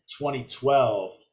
2012